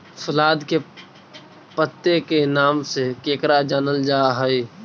सलाद के पत्ता के नाम से केकरा जानल जा हइ?